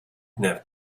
have